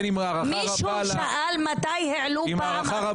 מישהו שאל מתי העלו פעם אחרונה את התקציב לבתי מלון?